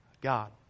God